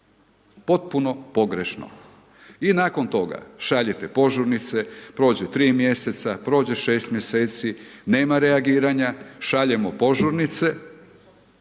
potpuno pogrešno. I nakon toga šaljete požurnice, prođu 3 mjeseca, prođe 6 mjeseci, nema reagiranja, šaljemo požurnice